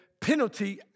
penalty